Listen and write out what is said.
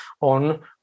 on